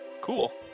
cool